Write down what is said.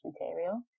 material